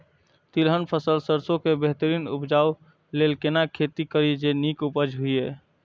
तिलहन फसल सरसों के बेहतरीन उपजाऊ लेल केना खेती करी जे नीक उपज हिय?